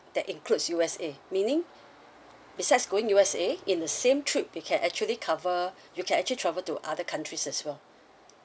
that includes U_S_A meaning besides going U_S_A in the same trip you can actually cover you can actually travel to other countries as well